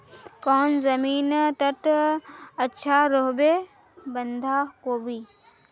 कौन जमीन टत अच्छा रोहबे बंधाकोबी?